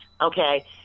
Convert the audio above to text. Okay